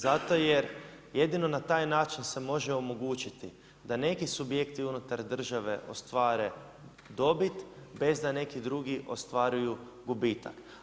Zato jer jedino na taj način se može omogućiti da neki subjekti unutar države ostvare dobit bez da neki drugi ostvaruju gubitak.